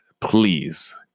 Please